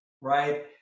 right